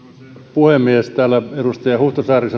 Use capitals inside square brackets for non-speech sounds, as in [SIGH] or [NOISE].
puhemies täällä edustaja huhtasaari [UNINTELLIGIBLE]